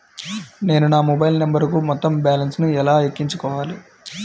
నేను నా మొబైల్ నంబరుకు మొత్తం బాలన్స్ ను ఎలా ఎక్కించుకోవాలి?